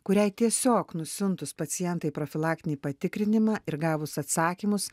kuriai tiesiog nusiuntus pacientą į profilaktinį patikrinimą ir gavus atsakymus